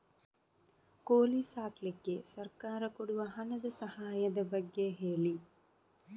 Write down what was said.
ಕೋಳಿ ಸಾಕ್ಲಿಕ್ಕೆ ಸರ್ಕಾರ ಕೊಡುವ ಹಣದ ಸಹಾಯದ ಬಗ್ಗೆ ಹೇಳಿ